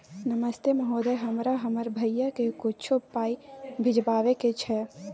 नमस्ते महोदय, हमरा हमर भैया के कुछो पाई भिजवावे के छै?